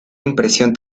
impresión